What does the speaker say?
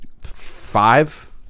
five